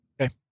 Okay